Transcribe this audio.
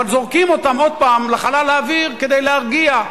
אבל זורקים אותם עוד פעם לחלל האוויר כדי להרגיע.